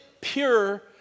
pure